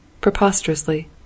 preposterously